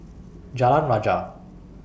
Jalan Rajah